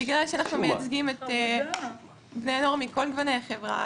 בגלל שאנחנו מייצגים את בני הנוער מכל גווני החברה,